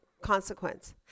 consequence